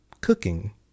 cooking